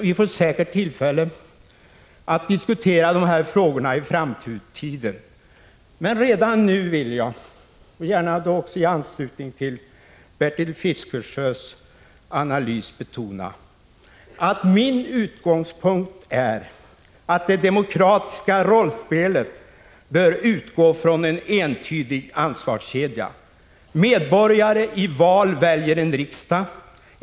Vi får säkert tillfälle att diskutera dessa frågor i framtiden. Men redan nu vill jag gärna i anslutning till Bertil Fiskesjös analys betona att min utgångspunkt är att det demokratiska rollspelet bör utgå ifrån en entydig ansvarskedja. Medborgare i val väljer en riksdag.